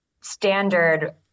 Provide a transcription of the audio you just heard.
standard